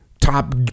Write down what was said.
top